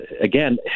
again